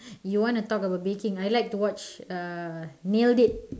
you wanna talk about baking I like to watch uh nailed it